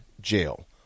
jail